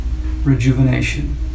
rejuvenation